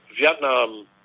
Vietnam